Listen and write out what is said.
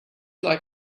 like